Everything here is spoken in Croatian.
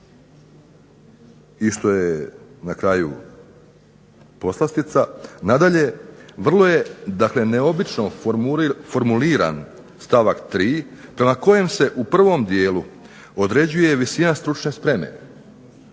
što je na kraju poslastica, nadalje vrlo je dakle neobično formuliran stavak 3. prema kojem se u prvom dijelu određuje visina stručne spreme,